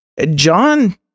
John